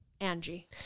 Angie